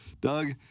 Doug